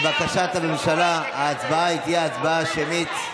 לבקשת הממשלה, ההצבעה תהיה הצבעה שמית.